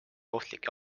ohtlikke